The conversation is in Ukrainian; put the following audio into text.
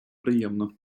приємно